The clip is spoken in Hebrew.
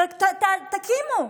תקימו.